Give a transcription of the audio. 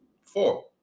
Four